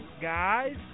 Guys